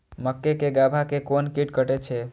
मक्के के गाभा के कोन कीट कटे छे?